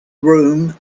room